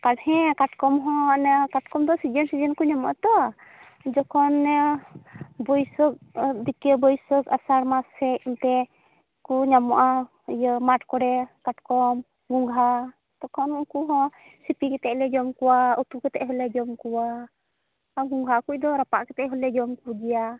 ᱦᱮᱸ ᱠᱟᱴᱠᱚᱢ ᱦᱚᱸ ᱚᱱᱮ ᱠᱟᱴᱠᱚᱢ ᱫᱚ ᱥᱤᱡᱤᱱ ᱥᱤᱡᱤᱱ ᱠᱚ ᱧᱟᱢᱚᱜᱼᱟ ᱛᱳ ᱡᱚᱠᱷᱚᱱ ᱵᱟᱹᱭᱥᱟᱹᱠ ᱫᱤᱠᱮ ᱵᱟᱹᱭᱥᱟᱹᱠ ᱟᱥᱟᱲ ᱢᱟᱥ ᱥᱮᱡ ᱚᱱᱛᱮ ᱠᱚ ᱧᱟᱢᱚᱜᱼᱟ ᱤᱭᱟᱹ ᱢᱟᱴ ᱠᱚᱨᱮ ᱠᱟᱴᱠᱚᱢ ᱜᱚᱸᱜᱷᱟ ᱛᱚᱠᱷᱚᱱ ᱩᱱᱠᱩ ᱦᱚᱸ ᱥᱤᱯᱤ ᱠᱟᱛᱮᱫ ᱞᱮ ᱡᱚᱢ ᱠᱚᱣᱟ ᱩᱛᱩ ᱠᱟᱛᱮᱫ ᱦᱚᱞᱮ ᱡᱚᱢ ᱠᱚᱣᱟ ᱟᱨ ᱜᱚᱸᱜᱷᱟ ᱠᱩᱫᱚ ᱨᱟᱯᱟᱜ ᱠᱟᱛᱮᱫ ᱦᱚᱞᱮ ᱡᱚᱢ ᱠᱚᱜᱮᱭᱟ